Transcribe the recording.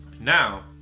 now